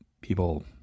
people